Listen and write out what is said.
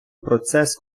процес